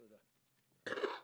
תודה רבה.